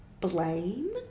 blame